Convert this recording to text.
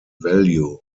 value